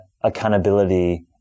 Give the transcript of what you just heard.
accountability